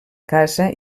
casa